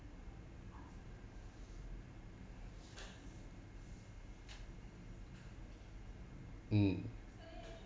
mm